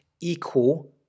equal